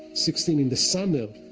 sixteen, in the summer,